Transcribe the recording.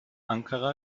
ankara